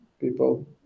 people